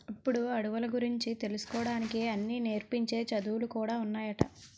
ఇప్పుడు అడవుల గురించి తెలుసుకోడానికి అన్నీ నేర్పించే చదువులు కూడా ఉన్నాయట